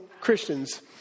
Christians